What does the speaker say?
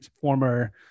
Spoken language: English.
former